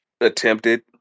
attempted